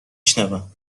شنوم